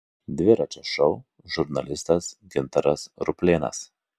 dviračio šou žurnalistas gintaras ruplėnas